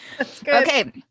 Okay